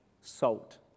salt